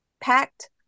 packed